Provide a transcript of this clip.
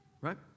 Right